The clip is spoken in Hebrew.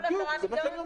זה בדיוק מה שאני אומר.